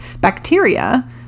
bacteria